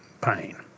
pain